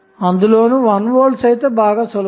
అందులోనూ 1V అయితే బాగా సులభము